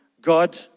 God